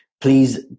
please